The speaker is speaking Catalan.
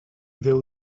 déu